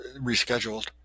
rescheduled